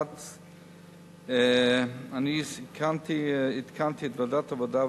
1. עדכנתי את ועדת העבודה,